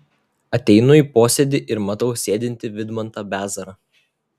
ateinu į posėdį ir matau sėdintį vidmantą bezarą